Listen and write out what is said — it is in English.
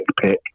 pick